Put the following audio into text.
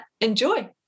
enjoy